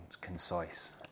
concise